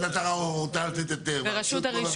ולפתח מערכת מעקב ובקרה אולי,